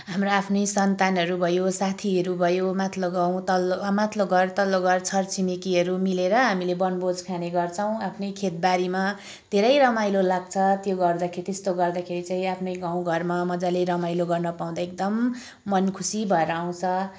हाम्रो आफ्नै सन्तानहरू भयो साथीहरू भयो माथिल्लो गाउँ तल्लो माथिल्लो घर तल्लो घर छरछिमेकीहरू मिलेर हामीले वनभोज खाने गर्छौँ आफ्नै खेतबारीमा धेरै रमाइलो लाग्छ त्यो गर्दाखेरि त्यस्तो गर्दाखेरि चाहिँ आफ्नै गाउँघरमा मजाले रमाइलो गर्नपाउँदा एकदम मन खुसी भएर आउँछ